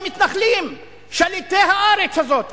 והמתנחלים שליטי הארץ הזאת,